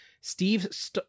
Steve